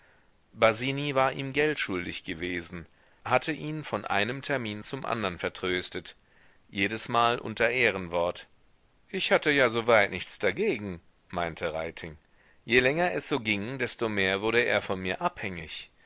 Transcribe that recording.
basini war ihm geld schuldig gewesen hatte ihn von einem termin zum andern vertröstet jedesmal unter ehrenwort ich hatte ja soweit nichts dagegen meinte reiting je länger es so ging desto mehr wurde er von mir abhängig